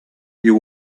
you